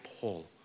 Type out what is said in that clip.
Paul